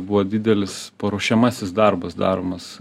buvo didelis paruošiamasis darbas daromas